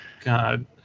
God